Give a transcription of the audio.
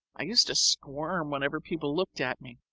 i used to squirm whenever people looked at me.